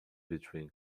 between